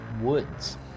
Woods